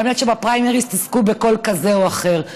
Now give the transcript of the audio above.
על מנת שבפריימריז תזכו בקול כזה או אחר.